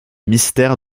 mystère